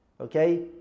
Okay